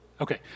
Okay